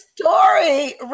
story